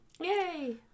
Yay